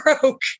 broke